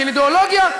של אידיאולוגיה,